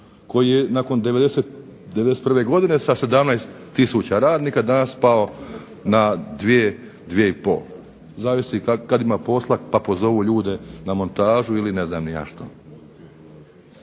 koji je nakon '91. godine sa 17 tisuća radnika danas spao na dvije, dvije i pol, zavisi kad ima posla pa pozovu ljude na montažu ili ne znam ni ja što.